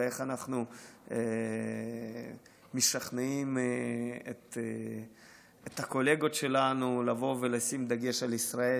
ואיך אנחנו משכנעים את הקולגות שלנו לבוא ולשים דגש על ישראל,